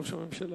ראש הממשלה.